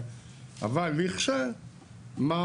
אבל לכשיימצא,